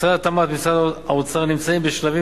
משרד התמ"ת ומשרד האוצר נמצאים בשלבים